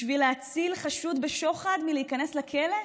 בשביל להציל חשוד בשוחד מלהיכנס לכלא?